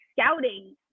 scouting